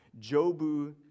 Jobu